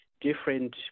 different